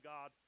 God